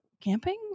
camping